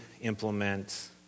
implement